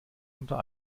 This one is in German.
unter